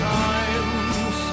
times